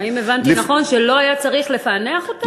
האם הבנתי נכון, שלא היה צריך לפענח אותם?